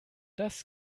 das